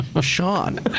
Sean